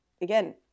again